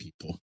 people